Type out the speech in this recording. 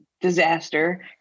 disaster